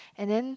and then